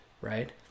right